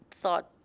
thought